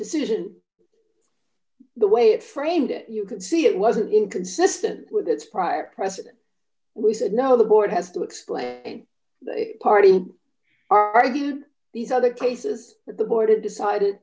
decision the way it framed it you can see it wasn't inconsistent with its prior president we said no the board has to explain party ardan these other places the board of decided